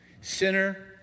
sinner